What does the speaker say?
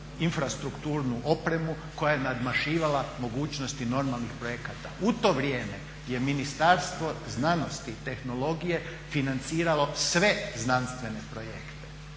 infrastrukturnu opremu koja je nadmašivala mogućnosti normalnih projekata. U to vrijeme je Ministarstvo znanosti i tehnologije financiralo sve znanstvene projekte,